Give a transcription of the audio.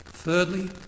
Thirdly